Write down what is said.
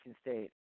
State